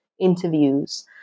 interviews